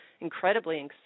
incredibly